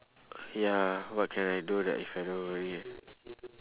ya what can I do that if I don't worry